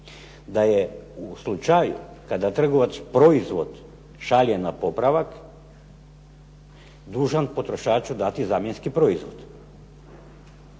da je u slučaju kada trgovac proizvod šalje na popravak dužan potrošaču dati zamjenski proizvod.